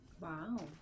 Wow